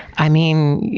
i mean,